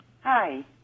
Hi